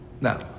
Now